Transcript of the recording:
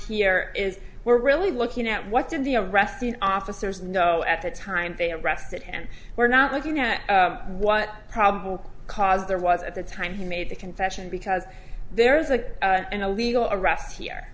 here is we're really looking at what did the arresting officers know at the time they arrested and we're not looking at what probable cause there was at the time he made the confession because there is a legal arrest here